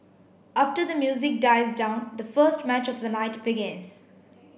after the music dies down the first match of the night begins